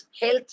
health